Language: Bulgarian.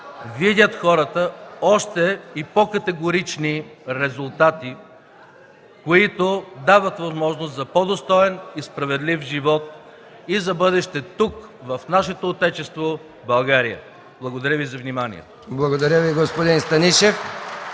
видят хората още и по-категорични резултати, които дават възможност за по-достоен и справедлив живот и за бъдеще тук, в нашето отечество България. Благодаря Ви за вниманието. (Ръкопляскания